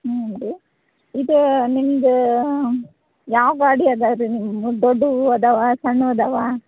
ಹ್ಞೂ ರೀ ಇದು ನಿಮ್ದು ಯಾವ ಗಾಡಿ ಇದಾವೆ ರೀ ನಿಮ್ಮ ದೊಡ್ಡವು ಇದಾವೆ ಸಣ್ಣವು ಇದಾವೆ